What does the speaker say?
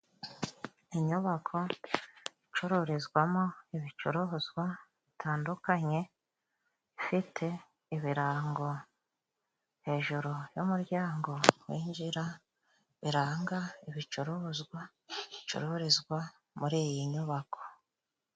Inyubako icururizwamo ibicuruzwa bitandukanye, ifite ibirango hejuru y'umuryango winjira, biranga ibicuruzwa bicururizwa muri iyi nyubako.